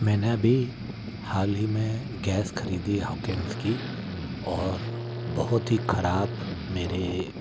मैंने अभी हाल ही में गैस खरीदी हॉकिंस की और बहुत ही खराब मेरे